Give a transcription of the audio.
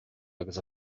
agus